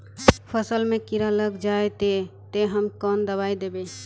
फसल में कीड़ा लग जाए ते, ते हम कौन दबाई दबे?